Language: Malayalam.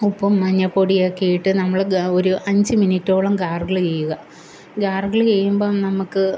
ഉപ്പും മഞ്ഞൾപ്പൊടിയൊക്കെ ഇട്ട് നമ്മൾ ഒരു അഞ്ച് മിനിറ്റോളം ഗാർഗിള് ചെയ്യുക ഗാർഗിള് ചെയ്യുമ്പം നമുക്ക്